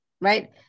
right